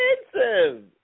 expensive